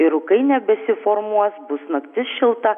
ir rūkai nebesiformuos bus naktis šilta